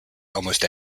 almost